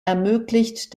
ermöglicht